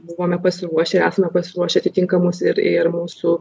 buvome pasiruošę esame pasiruošę atitinkamus ir ir mūsų